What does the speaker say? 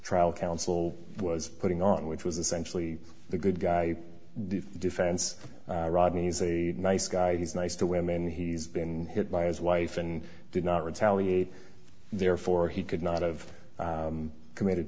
trial counsel was putting on which was essentially the good guy the defense rodney's a nice guy he's nice to women he's been hit by his wife and did not retaliate therefore he could not have committed